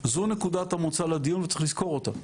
זו נקודת המוצא לדיון וצריך לזכור אותה,